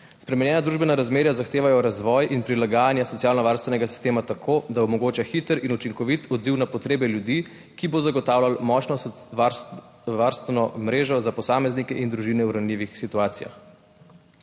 Spremenjena družbena razmerja zahtevajo razvoj in prilagajanje socialnovarstvenega sistema tako, da omogoča hiter in učinkovit odziv na potrebe ljudi, ki bo zagotavljal močno varstveno mrežo za posameznike in družine v ranljivih situacijah.